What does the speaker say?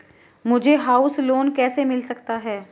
मुझे house loan कैसे मिल सकता है?